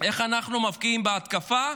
איך אנחנו מבקיעים בהתקפה,